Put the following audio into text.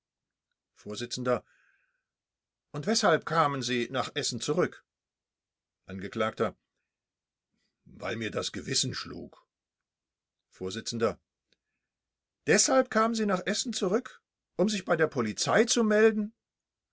vors und weshalb kamen sie nach essen zurück angekl weil mir das gewissen schlug vors deshalb kamen sie nach essen zurück um sich bei der polizei zu melden